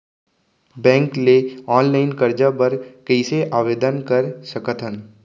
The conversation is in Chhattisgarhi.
बैंक ले ऑनलाइन करजा बर कइसे आवेदन कर सकथन?